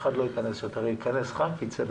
אני מתנצל בפני